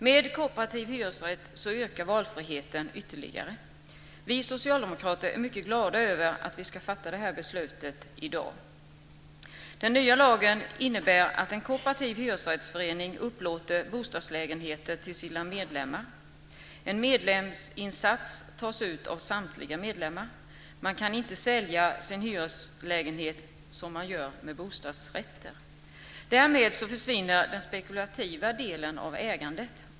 Med kooperativ hyresrätt ökar valfriheten ytterligare. Vi socialdemokrater är mycket glada över att vi ska fatta detta beslut i dag. Den nya lagen innebär att en kooperativ hyresrättsförening upplåter bostadslägenheter till sina medlemmar. En medlemsinsats tas ut av samtliga medlemmar. Man kan inte sälja sin hyreslägenhet som man gör med bostadsrätter. Därmed försvinner den spekulativa delen av ägandet.